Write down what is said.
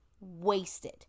wasted